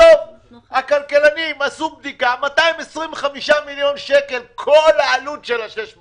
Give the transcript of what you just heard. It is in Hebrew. בסוף הכלכלנים עשו בדיקה וזה 225 מיליון שקל כל העלות של 600